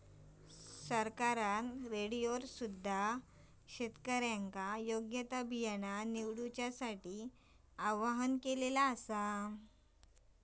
सरकारने रेडिओवर सुद्धा शेतकऱ्यांका योग्य ता बियाणा निवडूसाठी आव्हाहन केला आसा